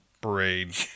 parade